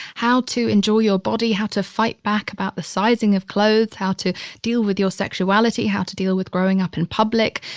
how to enjoy your body, body, how to fight back about the sizing of clothes, how to deal with your sexuality, how to deal with growing up in public.